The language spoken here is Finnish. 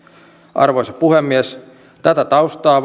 arvoisa puhemies tätä taustaa